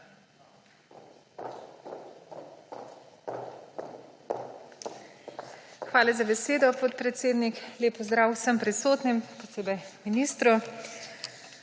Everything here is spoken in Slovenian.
Hvala za besedo, podpredsednik. Lep pozdrav vsem prisotnim, še posebej ministru!